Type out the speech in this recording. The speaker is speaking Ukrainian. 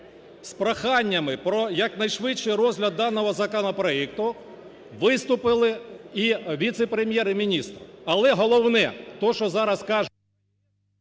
З проханнями про якнайшвидший розгляд даного законопроекту виступили і віце-прем'єр-міністр. Але головне, те, що зараз каже...